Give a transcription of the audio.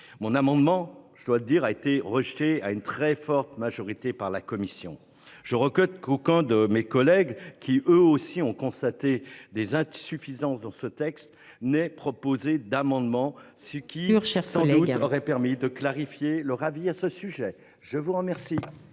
Mon amendement, je dois dire a été rejeté à une très forte majorité, par la commission. Je regrette qu'aucun de mes collègues qui eux aussi ont constaté des insuffisances dans ce texte n'est proposé d'amendement, ce qu'ils recherchent. Sans doute aurait permis de clarifier leur avis à ce sujet, je vous remercie.